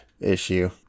issue